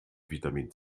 vitamin